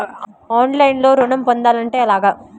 ఆన్లైన్లో ఋణం పొందాలంటే ఎలాగా?